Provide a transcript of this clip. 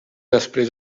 després